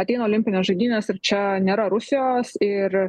ateina olimpinės žaidynės ir čia nėra rusijos ir